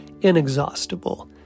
inexhaustible